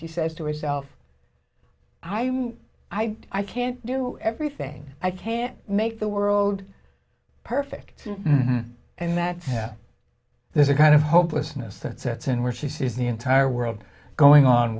she says to herself i i i can't do everything i can't make the world perfect and that there's a kind of hopelessness that sets in where she sees the entire world going on